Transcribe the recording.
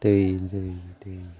दै दै